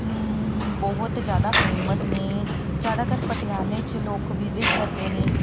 ਬਹੁਤ ਜ਼ਿਆਦਾ ਫੇਮਸ ਨੇ ਜ਼ਿਆਦਾਤਰ ਪਟਿਆਲੇ 'ਚ ਲੋਕ ਵਿਜਿਟ ਕਰਦੇ ਨੇ